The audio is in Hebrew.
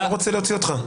אני לא רוצה להוציא אותך.